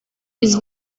ist